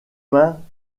mains